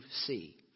see